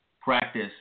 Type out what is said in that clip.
practice